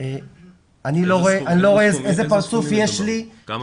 אני לא רואה איזה פרצוף יש לי --- כמה